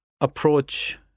approach